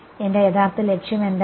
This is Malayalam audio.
എന്റെ യഥാർത്ഥ ലക്ഷ്യം എന്തായിരുന്നു